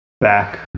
back